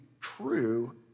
true